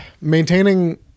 maintaining